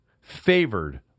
favored